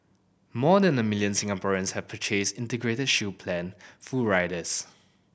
more than a million Singaporeans have purchased Integrated Shield Plan full riders